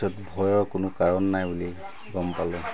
য'ত ভয়ৰ কোনো কাৰণ নাই বুলি গম পালোঁ